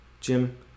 Jim